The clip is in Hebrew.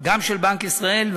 גם של בנק ישראל,